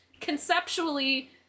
conceptually